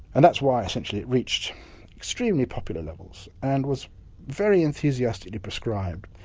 and that's why essentially it reached extremely popular levels and was very enthusiastically prescribed.